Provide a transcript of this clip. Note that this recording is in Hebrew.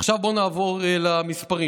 עכשיו בואו נעבור למספרים.